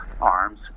arms